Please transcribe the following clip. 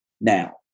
now